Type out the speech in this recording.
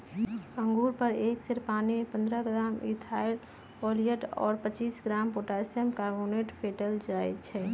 अंगुर पर एक सेर पानीमे पंडह ग्राम इथाइल ओलियट और पच्चीस ग्राम पोटेशियम कार्बोनेट फेटल जाई छै